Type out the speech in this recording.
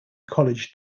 college